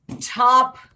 top